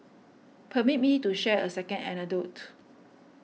permit me to share a second anecdote